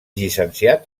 llicenciat